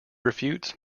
refutes